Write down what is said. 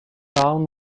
town